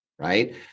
Right